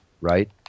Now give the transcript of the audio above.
right